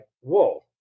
whoa